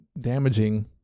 damaging